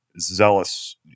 zealous